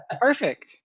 Perfect